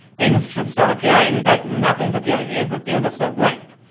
things should start appearing, but nothing's appearing. the input field is still blank,